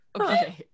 okay